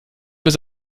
über